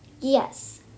yes